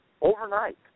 overnight